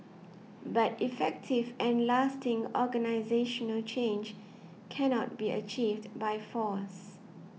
but effective and lasting organisational change cannot be achieved by force